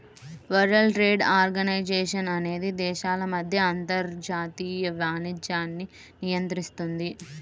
world trade organisation అనేది దేశాల మధ్య అంతర్జాతీయ వాణిజ్యాన్ని నియంత్రిస్తుంది